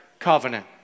Covenant